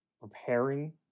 preparing